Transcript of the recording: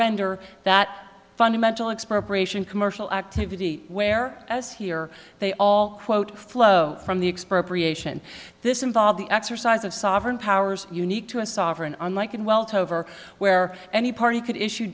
render that fundamental expropriation commercial activity where as here they all quote flow from the express this involve the exercise of sovereign powers unique to a sovereign unlike in well to over where any party could issue